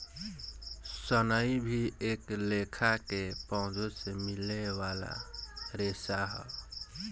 सनई भी एक लेखा के पौधा से मिले वाला रेशा ह